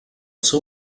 seu